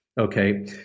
Okay